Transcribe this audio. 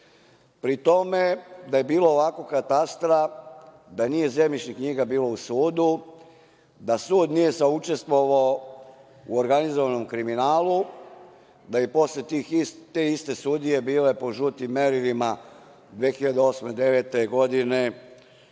Pri tome, da je bilo ovakvog katastra, da nije bilo zemljišnih knjiga u sudu, da sud nije saučestvovao u organizovanom kriminalu, da i posle te iste sudije bile po žutim merilima 2008. i 2009. godine,